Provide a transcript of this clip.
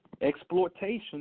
exploitation